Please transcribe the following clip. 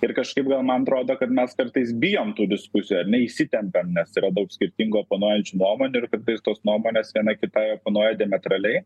ir kažkaip gal man atrodo kad mes kartais bijom tų diskusijų ar ne įsitempiam nes yra daug skirtingų oponuojančių nuomonių ir kartais tos nuomonės viena kitai oponuoja diametraliai